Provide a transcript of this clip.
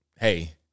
hey